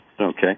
Okay